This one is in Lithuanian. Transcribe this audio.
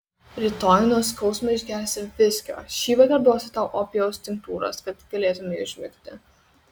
rytoj nuo skausmo išgersi viskio šįvakar duosiu tau opijaus tinktūros kad galėtumei užmigti